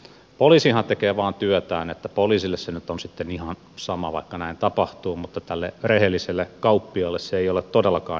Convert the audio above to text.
poliisihan tekee vain työtään niin että poliisille se nyt on sitten ihan sama vaikka näin tapahtuu mutta tälle rehelliselle kauppiaalle se ei ole todellakaan ihan sama